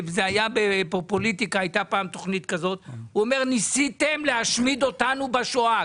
פעם הייתה תכנית פופוליטיקה והוא אמר: ניסיתם להשמיד אותנו בשואה,